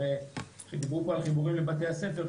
הרי דיברו פה על חיבורים לבתי הספר,